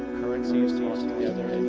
currencies tossed together